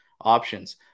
options